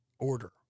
order